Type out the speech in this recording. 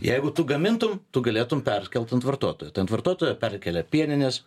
jeigu tu gamintum tu galėtum perkelt ant vartotojo tai ant vartotojo perkelia pieninės